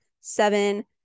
seven